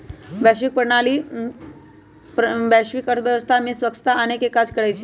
वैश्विक आर्थिक प्रणाली वैश्विक अर्थव्यवस्था में स्वछता आनेके काज करइ छइ